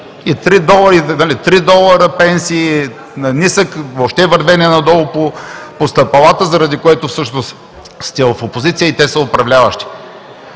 Три долара пенсии, вървене надолу по стъпалата, заради което всъщност сте в опозиция и те са управляващи.